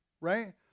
right